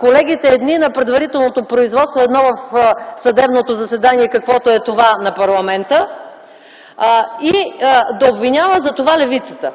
колегите – едни на предварителното производство, едно в съдебното заседание, каквото е това на парламента, и да обвинява за това левицата.